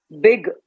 big